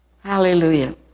Hallelujah